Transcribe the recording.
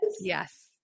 Yes